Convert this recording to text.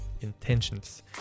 intentions